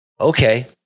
Okay